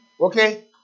okay